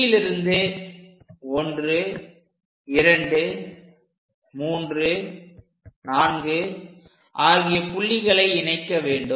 Cலிருந்து 1234 ஆகிய புள்ளிகளை இணைக்க வேண்டும்